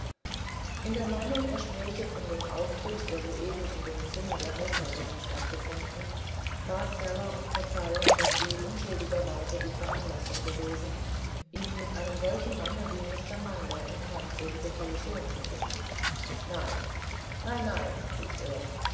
in der meinung er spräche von dem auftritt der soeben in dem zimmer der haushälterinstattgefunden batsaraihnumverzeihung daßsieunschuldigerweisedie veranlassung gewesen ihn mit einem solchen manne wie mr munder in feindselige kollisionzubringen nein nein nein riefer